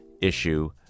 issue